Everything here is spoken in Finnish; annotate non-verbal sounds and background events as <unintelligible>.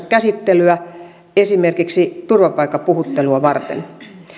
<unintelligible> käsittelyä esimerkiksi turvapaikkapuhuttelua varten